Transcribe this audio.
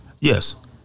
Yes